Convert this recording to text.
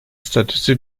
statüsü